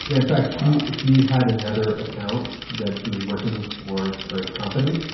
yeah and fact, she she had another account that she was working for her company.